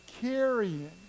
carrying